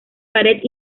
pared